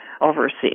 overseas